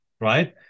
Right